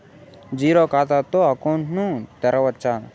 Zero ఖాతా తో account ను తెరవచ్చా?